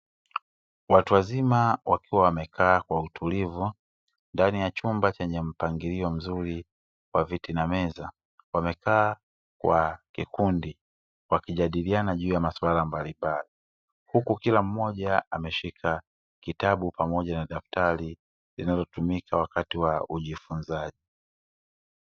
Watu wazima wakiwa wamekaa kwa utulivu, ndani ya chumba chenye mpangilio mzuri wa viti na meza, wamekaa kwa kikundi wakijadiliana juu ya masuala mbalimbali, huku kila mmoja ameshika kitabu pamoja na daftari linalotumika wakati wa ujifunzaji.